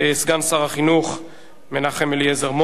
לסגן מזכירת